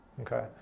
Okay